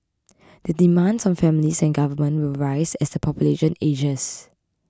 the demands on families and government will rise as the population ages